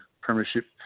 premiership